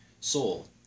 soul